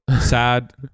Sad